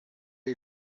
are